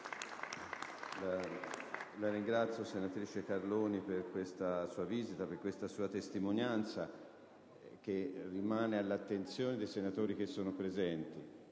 La ringrazio, senatrice Carloni, per questa sua visita e per questa sua testimonianza, che rimane all'attenzione dei senatori presenti